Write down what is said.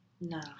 No